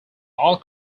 all